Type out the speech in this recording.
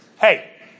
hey